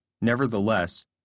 Nevertheless